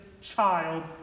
child